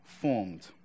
Formed